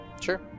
Sure